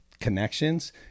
connections